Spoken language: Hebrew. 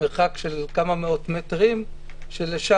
מרחק של כמה מאות מטרים משם,